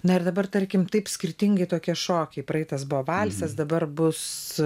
na dabar tarkim taip skirtingai tokie šokiai praeitas buvo valsas dabar bus